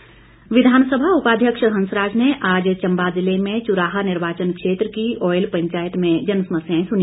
हंसराज विधानसभा उपाध्यक्ष हंसराज ने आज चम्बा जिले में चूराह निर्वाचन क्षेत्र की ऑयल पंचायत में जनसमस्याएं सुनी